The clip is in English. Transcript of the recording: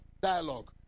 dialogue